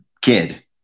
kid